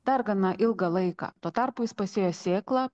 dar gana ilgą laiką tuo tarpu jis pasėjo sėklą